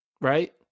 right